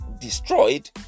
destroyed